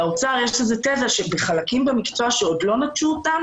לאוצר יש תזה שבחלקים במקצוע שעוד לא נטשו אותם